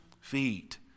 feet